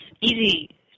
easy